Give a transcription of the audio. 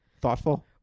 thoughtful